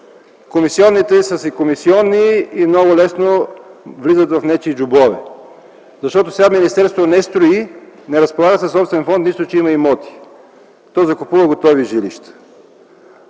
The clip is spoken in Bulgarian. Комисионните са си комисионни и много лесно влизат в нечии джобове. Сега министерството не строи, не разполага със собствен фонд, нищо че има имоти. То закупува готови жилища.